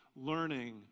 learning